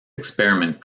experiment